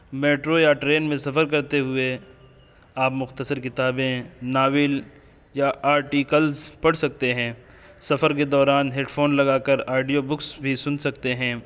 metro یا train میں سفر کرتے ہوئے آپ مختصر کتابیں ناول یا آرٹیکلس پڑھ سکتے ہیں سفر کے دوران ہیڈ فون لگا کر آڈیو بکس بھی سن سکتے ہیں